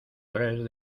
tres